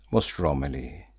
was romilly.